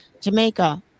jamaica